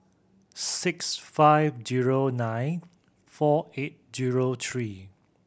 six five zero nine four eight zero three